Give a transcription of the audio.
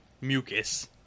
mucus